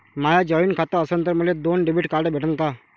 माय joint खातं असन तर मले दोन डेबिट कार्ड भेटन का?